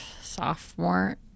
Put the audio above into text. sophomore